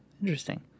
Interesting